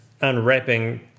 unwrapping